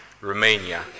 Romania